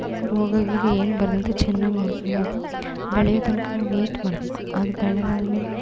ರೋಗ ಗೀಗ ಏನೂ ಬರದಂತೆ ಚೆನ್ನಾಗಿ ನೋಡಿಕೊಂಡಾಗ ಬೆಳೆಯೊ ತನಕ ನಾವು ವೇಯ್ಟ್ ಮಾಡಬೇಕು ಅದು ಬೆಳೆದಾದ್ಮೇಲೆ